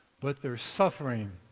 but they are suffering,